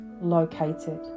located